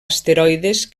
asteroides